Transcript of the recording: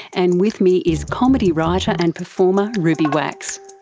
and with me is comedy writer and performer ruby wax.